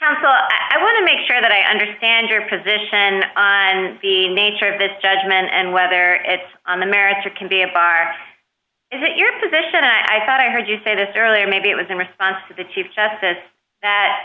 council i want to make sure that i understand your position on the nature of this judgement and whether it's on the merits or can be a bargain is that your position and i thought i heard you say this earlier maybe it was in response to the chief justice that